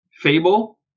Fable